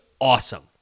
awesome